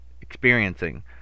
experiencing